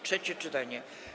Trzecie czytanie.